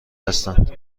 هستند